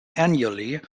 annually